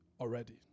already